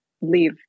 leave